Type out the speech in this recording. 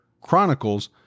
Chronicles